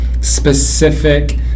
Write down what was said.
specific